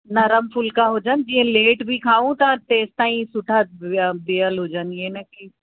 नरम फुल्का हुजनि जीअं लेट बि खाऊं त तेसीं ताईं सुठा विया भियल हुजनि इअं न कि